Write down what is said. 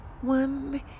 One